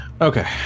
okay